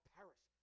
perish